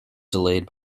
delayed